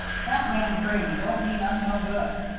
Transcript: that man grady don't mean us no good.